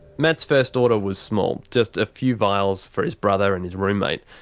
matt's first order was small, just a few vials for his brother and his roommate.